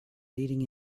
leading